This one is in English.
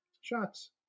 shots